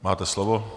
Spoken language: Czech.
Máte slovo.